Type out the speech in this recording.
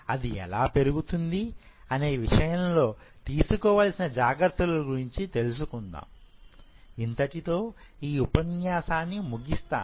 అది ఎలా పెరుగుతుంది అనే విషయం లో తీసుకోవలసిన జాగ్రత్తలు గురించి తెలుసుకుందాం ఇంతటితో ఈ ఉపన్యాసాన్ని ముగిస్తాను